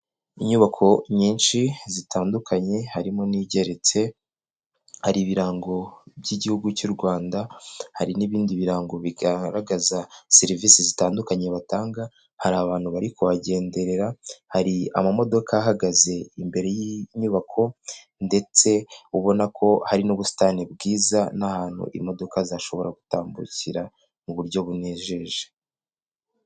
Inyubako nyinshi zitandukanye, harimo n'igeretse, hari ibirango by'igihugu cy'u Rwanda, hari n'ibindi birango bigaragaza serivisi zitandukanye batanga, hari abantu bari kuhagenderera, hari amamodoka ahagaze imbere y'inyubako ndetse ubona ko hari n'ubusitani bwiza n'ahantu imodoka zishobora gutambukira mu buryo bunejeje.